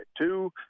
Two